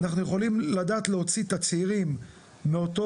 אנחנו יכולים לדעת להוציא את הצעירים מאותו